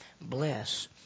Bless